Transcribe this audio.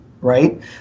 right